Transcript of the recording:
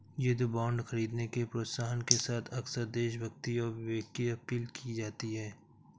युद्ध बांड खरीदने के प्रोत्साहन के साथ अक्सर देशभक्ति और विवेक की अपील की जाती है